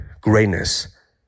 greatness